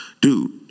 Dude